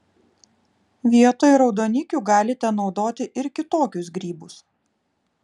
vietoj raudonikių galite naudoti ir kitokius grybus